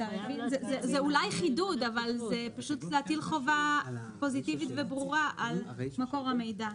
זה אולי חידוד אבל זה פשוט להטיל חובה פוזיטיבית וברורה על מקור המידע.